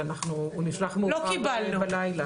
לא קיבלנו.